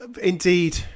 indeed